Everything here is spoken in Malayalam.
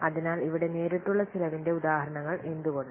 അതിനാൽ ഇവിടെ നേരിട്ടുള്ള ചെലവിന്റെ ഉദാഹരണങ്ങൾ എന്തുകൊണ്ട്